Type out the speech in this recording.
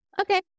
Okay